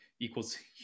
equals